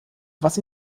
was